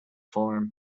form